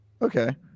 Okay